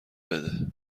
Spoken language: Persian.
بده